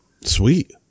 Sweet